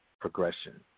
progression